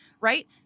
right